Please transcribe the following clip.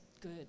good